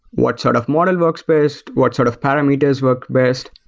what sort of model works best, what sort of parameters works best.